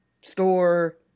Store